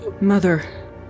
Mother